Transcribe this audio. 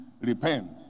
Repent